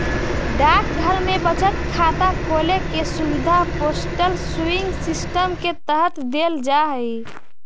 डाकघर में बचत खाता खोले के सुविधा पोस्टल सेविंग सिस्टम के तहत देल जा हइ